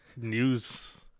news